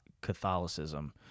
Catholicism